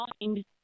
mind